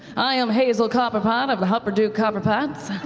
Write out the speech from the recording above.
i am hazel copperpot, of the hupperdook copperpots,